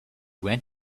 went